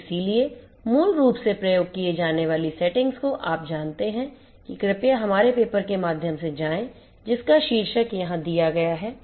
और इसलिए मूल रूप से प्रयोग की जाने वाली सेटिंग्स को आप जानते हैं कि कृपया हमारे पेपर के माध्यम से जाएं जिसका शीर्षक यहां दिया गया है